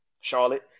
Charlotte